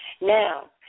Now